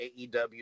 AEW